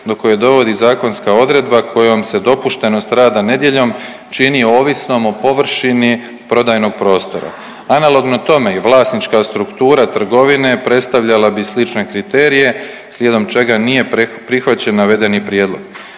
do koje dovodi zakonska odredba kojom se dopuštenost rada nedjeljom čini ovisnom o površini prodajnog prostora. Analogno tome i vlasnička struktura trgovine predstavljala bi slične kriterije slijedom čega nije prihvaćen navedeni prijedlog.